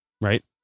right